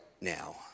now